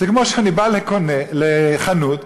העיקרון אותו עקרון,